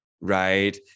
right